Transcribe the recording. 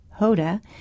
Hoda